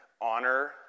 honor